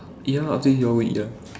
ya lah after that we go and eat ah